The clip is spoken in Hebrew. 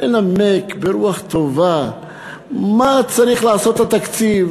לנמק ברוח טובה מה צריך לעשות התקציב,